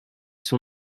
son